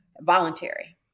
voluntary